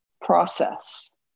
process